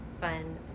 fun